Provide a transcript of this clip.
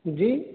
जी